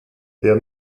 wir